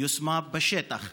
יושמה בשטח.